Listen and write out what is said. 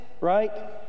right